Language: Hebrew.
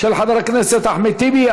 של חבר הכנסת אחמד טיבי.